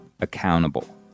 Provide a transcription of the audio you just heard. accountable